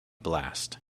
blast